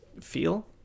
feel